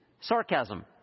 Sarcasm